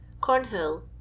Cornhill